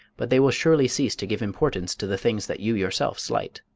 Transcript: but they will surely cease to give importance to the things that you yourself slight.